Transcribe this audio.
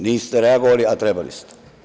Niste reagovali, a trebali ste.